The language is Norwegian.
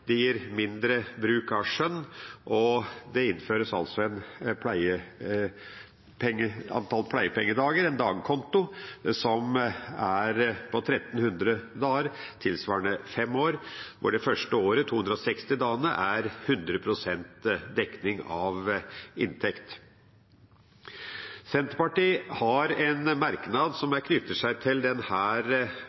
det gir mindre bruk av skjønn, og det innføres et antall pleiepengedager, en dagkonto, på 1 300 dager, tilsvarende fem år – de første 260 dagene med 100 pst. dekning av inntekt. Senterpartiet har en merknad som knytter seg til